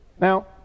Now